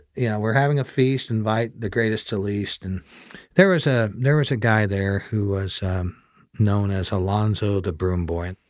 yeah we're having a feast invite the greatest to least, and there was ah there was a guy there who was um known as alonzo, the broom boy, and